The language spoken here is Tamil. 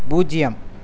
பூஜ்ஜியம்